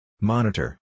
Monitor